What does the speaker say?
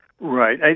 Right